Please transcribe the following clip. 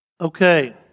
Okay